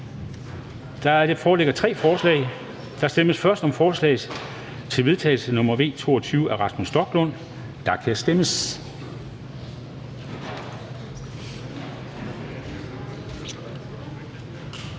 Der foreligger tre forslag. Der stemmes først om forslag til vedtagelse nr. V 22 af Rasmus Stoklund (S). Der kan stemmes.